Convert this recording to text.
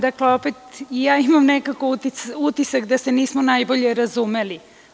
Dakle, opet o ja imam nekako utisak da se nismo najbolje razumeli.